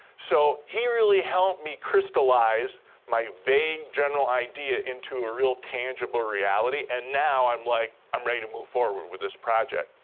so, he really helped me crystallize my vague general idea into a real tangible reality, and now, i'm like, i'm ready to move forward with this project.